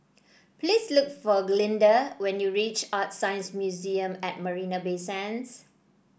please look for Glynda when you reach ArtScience Museum at Marina Bay Sands